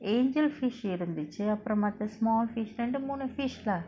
angelfish இருந்துச்சு அப்புறமா மத்த:irunthuchu appurama matha small fish ரெண்டு மூனு:rendu moonu fish lah